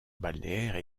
balnéaire